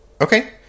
Okay